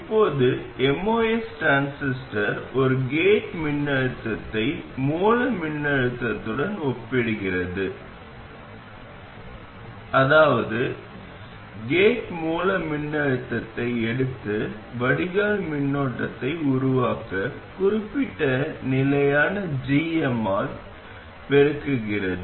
இப்போது MOS transistor ஒரு gate மின்னழுத்தத்தை மூல மின்னழுத்தத்துடன் ஒப்பிடுகிறது அதாவது கேட் மூல மின்னழுத்தத்தை எடுத்து வடிகால் மின்னோட்டத்தை உருவாக்க குறிப்பிட்ட நிலையான g m ஆல் பெருக்குகிறது